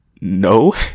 no